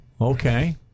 Okay